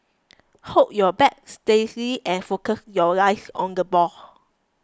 hold your bat steady and focus your eyes on the ball